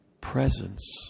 Presence